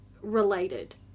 related